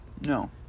No